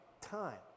time